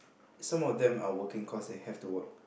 some of them are working cause they have to work